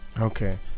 Okay